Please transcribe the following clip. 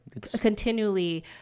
continually